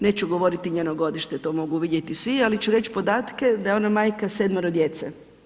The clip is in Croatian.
Neću govoriti njeno godište, to mogu vidjeti svi, ali ću reći podatke da je ona majka sedmero djece.